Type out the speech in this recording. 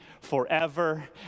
forever